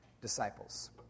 disciples